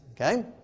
okay